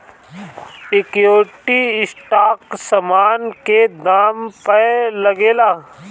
equity stock समान के दाम पअ लागेला